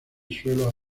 suelos